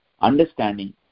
Understanding